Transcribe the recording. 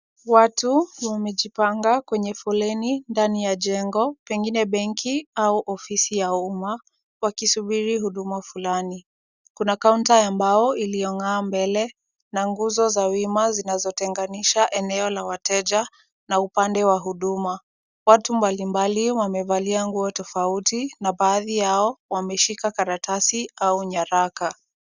Watu wamejipanga kwenye foleni ndani ya jengo, pengine benki au ofisi ya umma, wakisubiri huduma fulani. Kuna kaunta ya mbao iliyong'aa mbele na nguzo za wima zinazotenganisha eneo la wateja na upande wa huduma. Watu mbalimbali wamevalia nguo tofauti na baadhi yao wameshika karatasi au nyaraka.